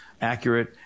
accurate